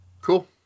cool